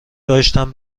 داشتم